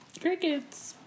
Crickets